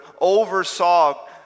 oversaw